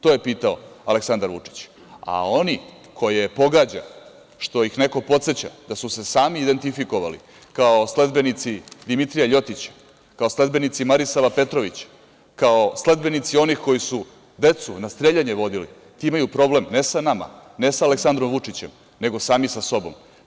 To je pitao Aleksandar Vučić, a oni koje pogađa, što ih neko podseća da su se sami identifikovali kao sledbenici Dimitrija LJotića, kao sledbenici Marisala Petrovića, ako sledbenici onih koji su decu na streljanje vodili, imaju problem, ne sa nama, ne sa Aleksandrom Vučićem, nego sami sa sobom.